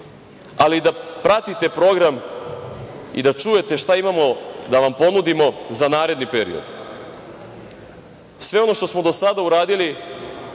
ali da pratite program i da čujete šta imamo da vam ponudimo za naredni period. Sve ono što smo do sada uradili